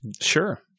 Sure